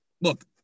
look